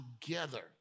together